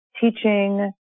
teaching